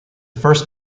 first